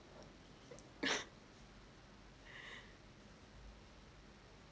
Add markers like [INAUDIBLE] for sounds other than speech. [LAUGHS]